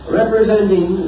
representing